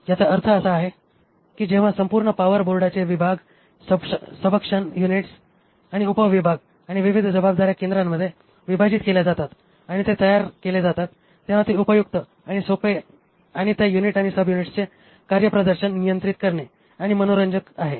याचा अर्थ असा आहे की जेव्हा संपूर्ण पॉवर बोर्डाचे विभाग सबक्शन युनिट्स आणि उप विभाग आणि विविध जबाबदाऱ्या केंद्रांमध्ये विभाजित केल्या जातात आणि ते तयार केले जातात तेव्हा ते खूप उपयुक्त आणि सोपे आणि त्या युनिट आणि सब्युनिट्सचे कार्यप्रदर्शन नियंत्रित करणे आणि मनोरंजक आहे